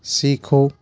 सीखो